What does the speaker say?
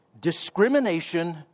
discrimination